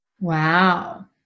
Wow